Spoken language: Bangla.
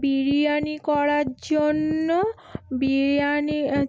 বিরিয়ানি করার জন্য বিরিয়ানি